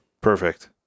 Perfect